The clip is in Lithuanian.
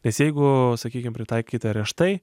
nes jeigu sakykim pritaikyti areštai